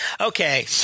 okay